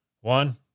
One